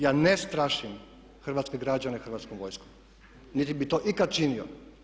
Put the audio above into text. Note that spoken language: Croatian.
Ja ne strašim hrvatske građane Hrvatskom vojskom, niti bih to ikad činio.